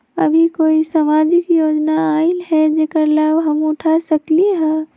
अभी कोई सामाजिक योजना आयल है जेकर लाभ हम उठा सकली ह?